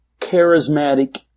charismatic